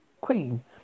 queen